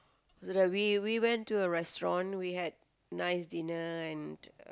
so that we we went to a restaurant we had nice dinner